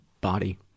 body